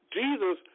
Jesus